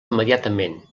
immediatament